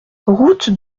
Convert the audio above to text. route